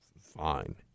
Fine